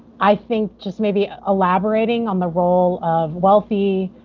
i think just maybe elaborating on the role of wealthy,